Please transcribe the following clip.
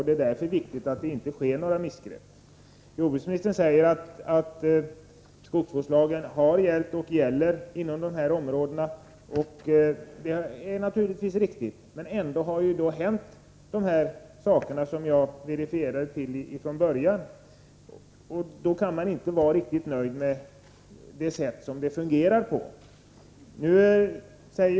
Därför är det viktigt att det inte sker några missgrepp. Jordbruksministern säger att skogsvårdslagen har gällt och gäller inom dessa områden. Det är naturligtvis riktigt. Men ändå har dessa saker hänt som jag refererade till från början. Då kan man inte vara riktigt nöjd med det sätt som det hela fungerar på.